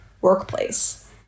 workplace